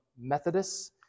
Methodists